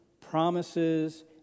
promises